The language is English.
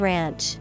Ranch